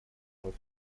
вновь